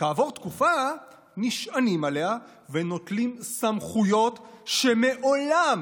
וכעבור תקופה נשענים עליה ונוטלים סמכויות שמעולם